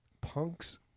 punks